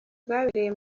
rwabereye